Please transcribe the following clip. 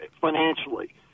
financially